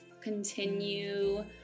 Continue